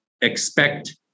expect